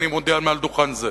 אני מודיע מעל דוכן זה,